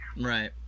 Right